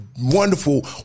wonderful